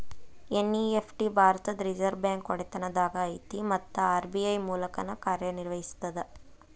NEFT ಭಾರತದ್ reserve bank ಒಡೆತನದಾಗ ಐತಿ ಮತ್ತ ಆರ್.ಬಿ.ಐ ಮೂಲಕನ ಕಾರ್ಯನಿರ್ವಹಿಸ್ತದ